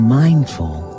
mindful